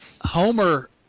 Homer